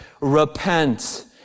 repent